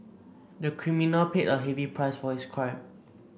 the criminal paid a heavy price for his crime